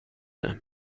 det